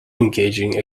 engaging